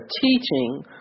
teaching